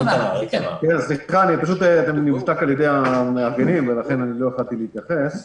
זה נותק על ידי המארגנים ולכן לא יכולתי להתייחס.